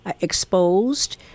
exposed